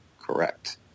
Correct